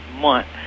month